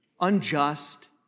unjust